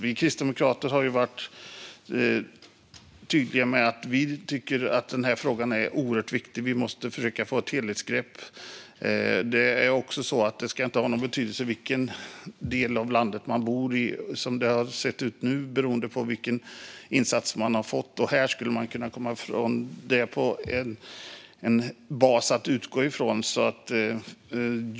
Vi kristdemokrater har varit tydliga med att vi tycker att frågan är oerhört viktig. Vi måste försöka få ett helhetsgrepp. Det ska inte ha någon betydelse vilken del av landet man bor i - så som det ser ut nu - när det gäller vilken insats man får. Man skulle kunna komma ifrån detta med en bas att utgå ifrån.